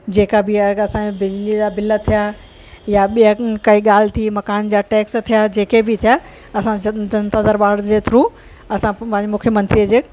जेका बि आहे असां बिजलीअ जा बिल थिया या ॿिया काई ॻाल्हि थी मकान जा टेक्स थिया जेके बि थिया असां जन जनता दरबार जे थ्रू असां पंहिंजे मुख्यमंत्री जे